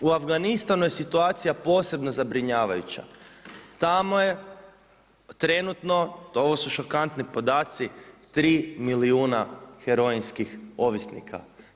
U Afganistanu je situacija posebno zabrinjavajuća, tamo je trenutno, ovo su šokantni podati 3 milijuna heroinskih ovisnika.